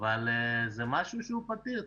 אבל זה משהו שהוא פתיר.